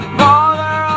father